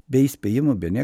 be įspėjimo bene